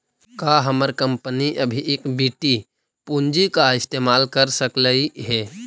का हमर कंपनी अभी इक्विटी पूंजी का इस्तेमाल कर सकलई हे